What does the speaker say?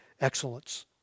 excellence